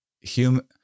human